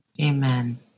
Amen